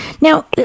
Now